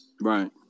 Right